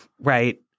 right